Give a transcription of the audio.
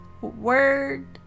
Word